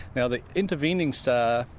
and the intervening star,